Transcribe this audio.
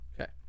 Okay